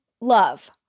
love